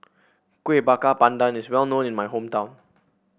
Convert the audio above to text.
Kuih Bakar Pandan is well known in my hometown